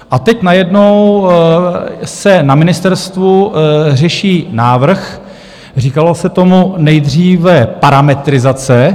A teď najednou se na ministerstvu řeší návrh, říkalo se tomu nejdříve parametrizace.